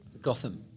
Gotham